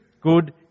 Good